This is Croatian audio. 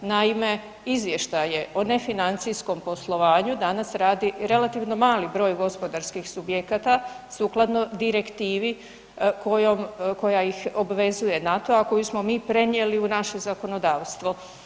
Naime, izvještaj o nefinancijskom poslovanju danas radi relativno mali broj gospodarskih subjekata sukladno direktivi koja ih obvezuje na to a koju smo mi prenijeli u naše zakonodavstvo.